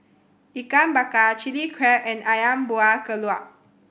Ikan Bakar Chili Crab and Ayam Buah Keluak